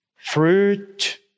Fruit